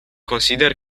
consider